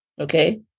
Okay